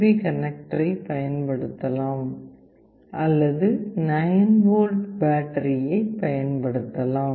B கனெக்டரைப் பயன்படுத்தலாம் அல்லது 9 வோல்ட் பேட்டரியைப் பயன்படுத்தலாம்